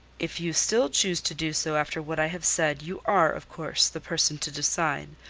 if you still choose to do so after what i have said, you are, of course, the person to decide.